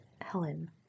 Helen